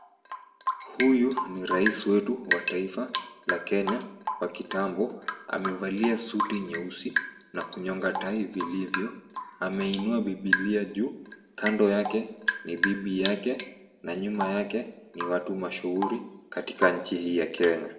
Huyu ni rais wetu wa taifa la Kenya wa kitambo. Amevalia suti nyeusi na kunyonga tai vilivyo. Ameinua Bibilia juu. Kando yake ni bibi yake na nyuma yake ni watu mashuhuri katika nchi hii ya Kenya.